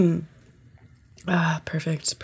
perfect